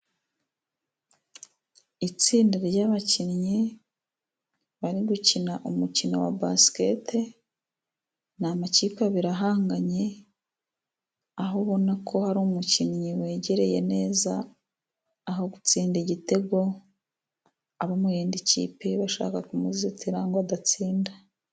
Itsinda ry'abakinnyi bari gukina umukino wa basikete ni amakipe abiri ahanganye aho ubona ko hari umukinnyi wegereye neza aho gutsinda igitego abo muyindi kipe bashaka kumuzitira ngo adatsinda.